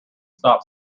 stop